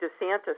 DeSantis